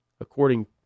according